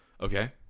Okay